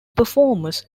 performers